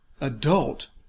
adult